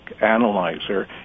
analyzer